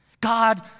God